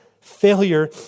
failure